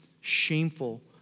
shameful